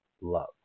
love